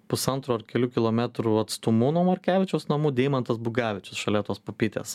pusantro ar kelių kilometrų atstumu nuo morkevičiaus namų deimantas bugavičius šalia tos pupytės